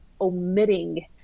omitting